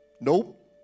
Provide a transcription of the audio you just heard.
Nope